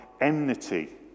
enmity